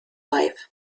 life